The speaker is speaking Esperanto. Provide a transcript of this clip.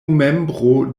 membro